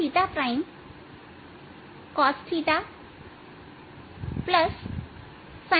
तो क्या